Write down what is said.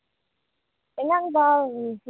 ஆ இந்த மாதிரி நான் ஒரு ஏசி வாங்கனுங்க